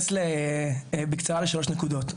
אתייחס בקצרה לשלוש נקודות,